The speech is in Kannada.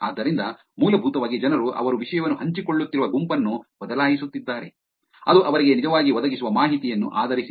ಆದ್ದರಿಂದ ಮೂಲಭೂತವಾಗಿ ಜನರು ಅವರು ವಿಷಯವನ್ನು ಹಂಚಿಕೊಳ್ಳುತ್ತಿರುವ ಗುಂಪನ್ನು ಬದಲಾಯಿಸುತ್ತಿದ್ದಾರೆ ಅದು ಅವರಿಗೆ ನಿಜವಾಗಿ ಒದಗಿಸುವ ಮಾಹಿತಿಯನ್ನು ಆಧರಿಸಿದೆ